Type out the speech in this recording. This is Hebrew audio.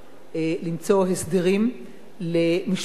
למצוא הסדרים למשפחות,